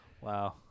Wow